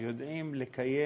שיודעים לקיים.